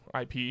IP